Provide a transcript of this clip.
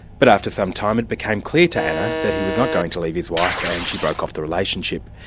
but after some time it became clear to anna that he was not going to leave his wife, and she broke off the relationship.